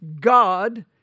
God